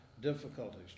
difficulties